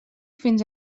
fins